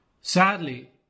Sadly